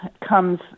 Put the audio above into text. comes